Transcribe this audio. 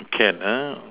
can uh